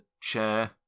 chair